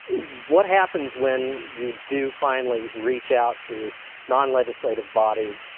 what happens when you do finally reach out to nonlegislative bodies,